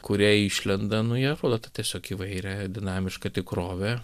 kurie išlenda nu jie rodo tą tiesiog įvairią dinamišką tikrovę